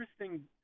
interesting –